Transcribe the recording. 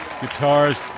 guitars